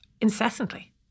incessantly